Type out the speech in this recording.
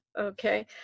Okay